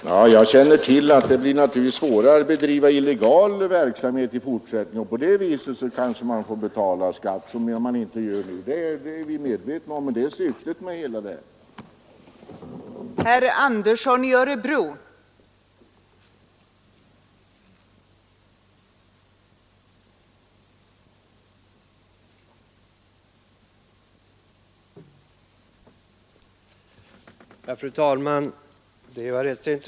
Fru talman! Det blir naturligtvis svårare att bedriva illegal verksamhet i fortsättningen, och på det viset kanske man får betala skatt som man nu inte betalar. Det är vi medvetna om, men det är syftet med hela förslaget.